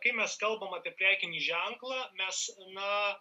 kai mes kalbam apie prekinį ženklą mes na